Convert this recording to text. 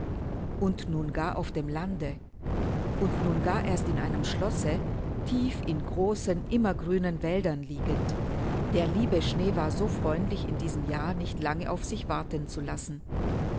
und nun gar auf dem lande und nun gar erst in einem schlosse tief in großen immergrünen wäldern liegend der liebe schnee war so freundlich in diesem jahre nicht lange auf sich warten zu lassen